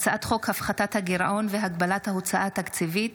הצעת חוק הפחתת הגירעון והגבלת ההוצאה התקציבית